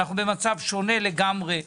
אנחנו במצב שונה לגמרי.